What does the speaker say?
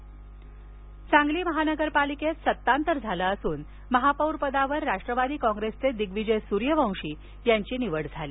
सतांतर सांगली महापालिकेत सतांतर झालं असून महापौर पदावर राष्ट्रवादी काँग्रेसचे दिग्विजय सूर्यवंशी यांची निवड झाली